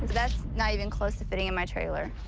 that's not even close to fitting in my trailer.